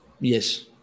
Yes